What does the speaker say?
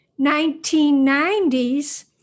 1990s